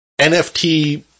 NFT